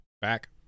Back